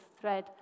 thread